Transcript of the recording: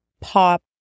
pop